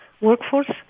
workforce